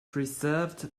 preserved